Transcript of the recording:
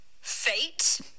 fate